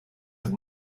have